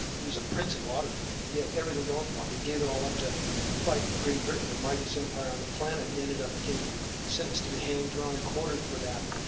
he was a prince of waterford, he had everything going for him, he gave it all up to fight great britain, the mightiest empire on the planet, and ended up getting sentenced to be hanged, drawn, and quartered for that.